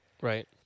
Right